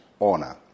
honor